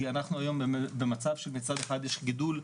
אנחנו היום במצד שמצד אחד יש גידול עצום,